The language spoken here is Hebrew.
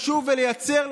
לשוב ולייצר,